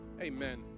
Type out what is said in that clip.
Amen